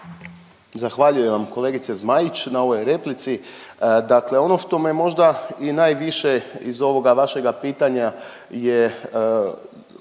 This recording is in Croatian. Zahvaljujem vam kolegice Zmaić na ovoj replici. Dakle ono što me možda i najviše iz ovoga vašega pitanja je